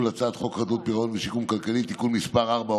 הצעת חוק חדלות פירעון ושיקום כלכלי (תיקון מס' 4,